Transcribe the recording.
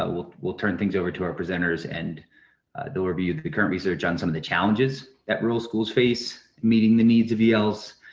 ah we'll we'll turn things over to our presenters and they'll review the current research on some of the challenges that rural schools face, meeting the needs of els,